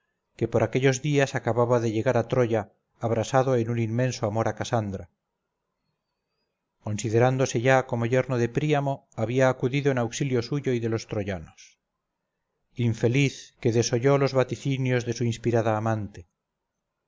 que por aquellos días acababa de llegar a troya abrasado en un inmenso amor a casandra considerándose ya como yerno de príamo había acudido en auxilio suyo y de los troyanos infeliz que desoyó los vaticinios de su inspirada amante